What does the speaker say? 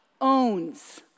owns